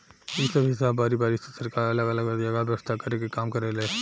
इ सब हिसाब बारी बारी से सरकार अलग अलग जगह व्यवस्था कर के काम करेले